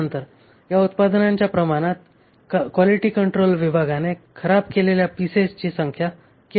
त्यानंतर या उत्पादनाच्या प्रकरणात क्वालिटी कंट्रोल विभागाने खराब केलेल्या पीसेसची संख्या केवळ 120 होती